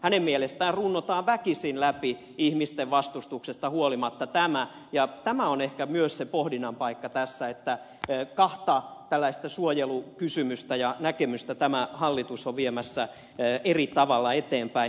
hänen mielestään runnotaan väkisin läpi ihmisten vastustuksesta huolimatta tämä ja tämä on ehkä myös se pohdinnan paikka tässä että kahta tällaista suojelukysymystä ja näkemystä tämä hallitus on viemässä eri tavalla eteenpäin